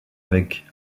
avec